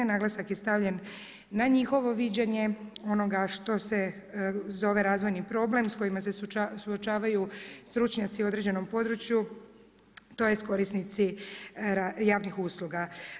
Naglasak je stavljen na njihovo viđenje onoga što se zove razvojni problem, s kojima se suočavaju stručnjaci određenom području, tj. korisnici javnih usluga.